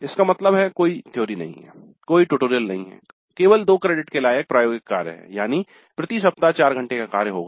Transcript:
इसका मतलब है कोई सिद्धांत नहीं है कोई ट्यूटोरियल नहीं है केवल 2 क्रेडिट के लायक प्रायोगिक कार्य है यानी प्रति सप्ताह चार घंटे का कार्य होगा